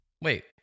Wait